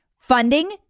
Funding